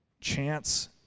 chance